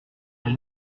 vous